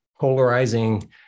polarizing